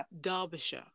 derbyshire